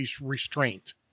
restraint